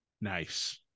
nice